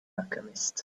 alchemist